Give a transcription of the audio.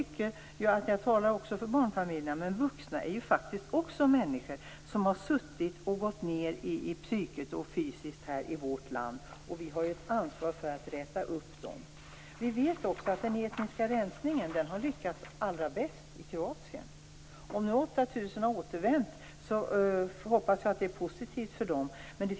Jag talar också för barnfamiljerna. Men vuxna är också människor. De har gått ned psykiskt och fysiskt i vårt land. Vi har ett ansvar för att räta upp dem. Vi vet att den etniska rensningen har lyckats bäst i Kroatien. Jag hoppas att det har blivit positivt för de 8 000 som har återvänt.